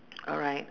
alright